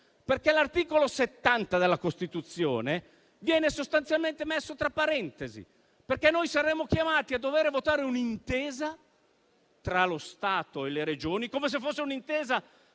perché l'articolo 70 della Costituzione viene sostanzialmente messo tra parentesi. Saremo chiamati a votare un'intesa tra lo Stato e le Regioni come se fosse un'intesa